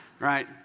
right